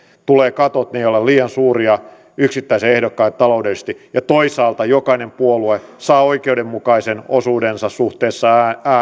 tulee katot ne eivät ole liian suuria yksittäiselle ehdokkaalle taloudellisesti ja toisaalta jokainen puolue saa oikeudenmukaisen osuuden kansanedustajapaikkoja suhteessa